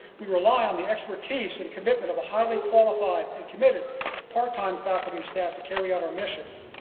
we rely on the expertise and commitment of a highly qualified and committed part-time faculty and staff to carry out our mission.